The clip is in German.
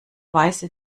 weise